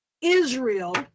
Israel